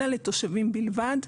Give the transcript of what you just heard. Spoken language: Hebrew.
אלא לתושבים בלבד,